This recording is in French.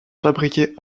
fabriquées